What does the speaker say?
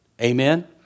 Amen